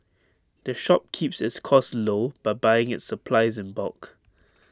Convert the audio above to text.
the shop keeps its costs low by buying its supplies in bulk